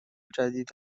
جدید